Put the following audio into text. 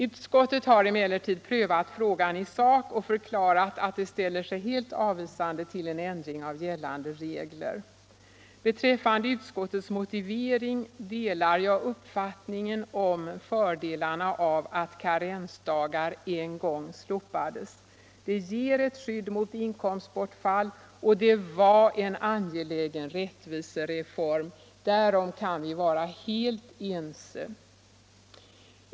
Utskottet har emellertid prövat frågan i sak och förklarat att det ställer sig helt avvisande till en ändring av gällande regler. Vad beträffar utskottets motivering delar jag uppfattningen om fördelarna av att karensdagar en gång slopades. Det ger ett skydd mot inkomstbortfall, och det var en angelägen rättvisereform. Därom kan vi vara helt ense.